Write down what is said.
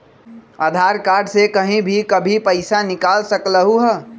आधार card से कहीं भी कभी पईसा निकाल सकलहु ह?